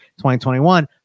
2021